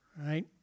Right